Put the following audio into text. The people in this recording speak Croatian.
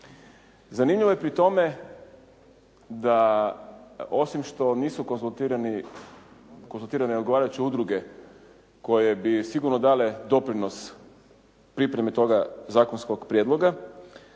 Zanimljivo je pri tome da osim što nisu konzultirane odgovarajuće udruge koje bi sigurno dale doprinos pripremi toga zakonskog prijedloga